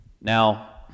Now